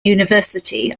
university